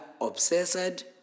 obsessed